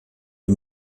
les